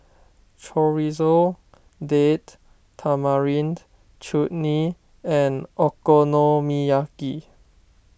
Chorizo Date Tamarind Chutney and Okonomiyaki